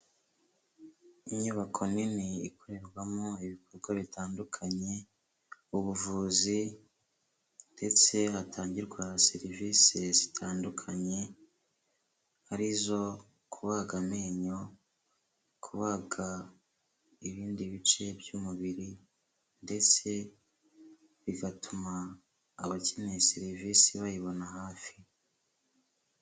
Inyubako nini ikorerwamo ibikorwa bitandukanye, ubuvuzi ndetse hatangirwa serivisi zitandukanye arizo: kubaga amenyo, kubaga ibindi bice by'umubiri ndetse bigatuma abakeneye serivisi bayibona hafi.